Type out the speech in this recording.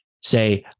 say